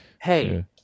hey